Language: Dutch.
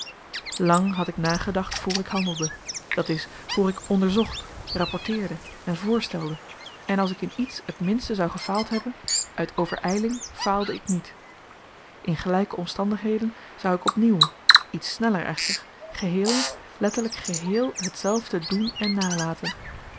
lang had ik nagedacht voor ik handelde dat is voor ik onderzocht rapporteerde en voorstelde en als ik in iets het minste zou gefaald hebben uit overyling faalde ik niet in gelyke omstandigheden zou ik op nieuw iets sneller echter geheel letterlyk geheel hetzelfde doen en nalaten